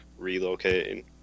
relocating